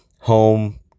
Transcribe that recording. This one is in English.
home